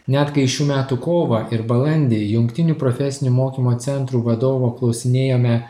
net kai šių metų kovą ir balandį jungtinių profesinių mokymo centrų vadovų klausinėjome